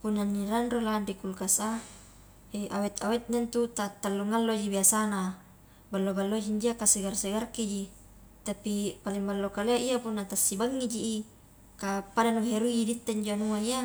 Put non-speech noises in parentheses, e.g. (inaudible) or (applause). Punna ni (unintelligible) ri kulkas a awet-awetna itu ta tallu ngalloi biasana ballo-balloi i injo iya, ka segar-segarki ji i, tapi paling ballo kaleaiya punna tasibangi ji i, kah pada nu herui i ditte injo anua iya,